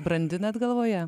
brandinat galvoje